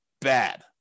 Bad